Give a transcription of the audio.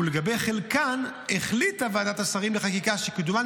ולגבי חלקן החליטה ועדת השרים לחקיקה שקידומן